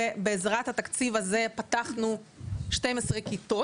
ובעזרת התקציב הזה פתחנו 12 כיתות.